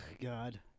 God